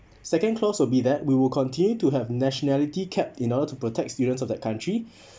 second clause will be that we will continue to have nationality cap in order to protect students of that country